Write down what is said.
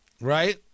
Right